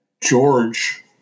George